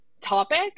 topic